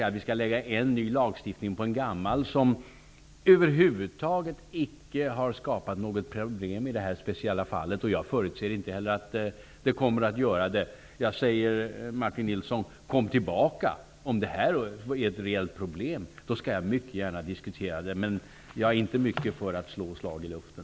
Att lägga en ny lagstiftning på en gammal som i detta speciella fall över huvud taget icke har skapat några problem -- jag förutser inte heller att den kommer att göra det -- är helt och hållet ett slag i luften. Kom tillbaka om det blir ett reellt problem, Martin Nilsson. Då skall jag mycket gärna diskutera frågan, men jag är inte mycket för att slå slag i luften.